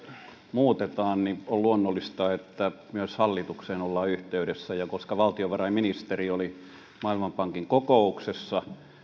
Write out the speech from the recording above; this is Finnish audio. muutetaan on luonnollista että hallitukseen myös ollaan yhteydessä ja koska valtiovarainministeri oli maailmanpankin kokouksessa